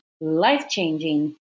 life-changing